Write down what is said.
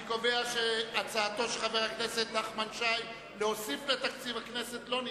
אני קובע שהצעתו של חבר הכנסת נחמן שי להוסיף לתקציב הכנסת לא נתקבלה.